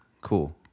Cool